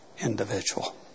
individual